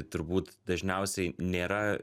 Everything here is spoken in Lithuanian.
turbūt dažniausiai nėra